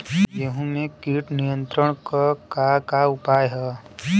गेहूँ में कीट नियंत्रण क का का उपाय ह?